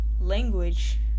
language